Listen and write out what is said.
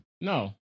No